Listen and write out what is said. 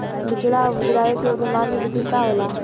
बिचड़ा गिरावे के सामान्य विधि का होला?